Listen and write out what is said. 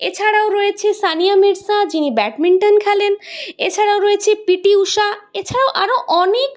এছাড়াও রয়েছে সানিয়া মির্জা যিনি ব্যাডমিন্টন খেলেন এছাড়াও রয়েছে পি টি উষা এছাড়াও আরও অনেক